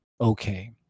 okay